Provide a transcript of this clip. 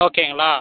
ஓகேங்களா